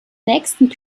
nächsten